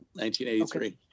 1983